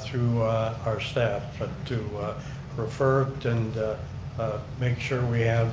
through our staff but to refer it and ah make sure we have